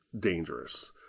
dangerous